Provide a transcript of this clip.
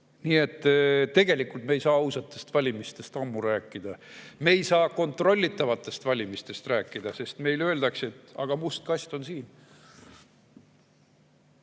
Nii et tegelikult me ei saa ausatest valimistest ammu rääkida. Me ei saa kontrollitavatest valimistest rääkida, sest meile öeldakse, et aga must kast on siin.